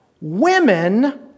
Women